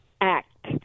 Act